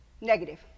Negative